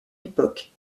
époque